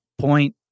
Point